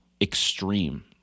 extreme